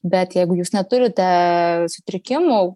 bet jeigu jūs neturite sutrikimų